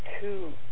two